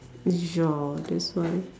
ya that's why